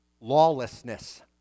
lawlessness